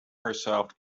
herself